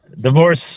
Divorce